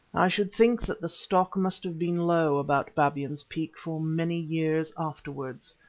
i should think that the stock must have been low about babyan's peak for many years afterwards.